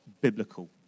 biblical